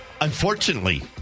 Unfortunately